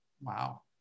Wow